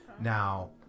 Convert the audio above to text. Now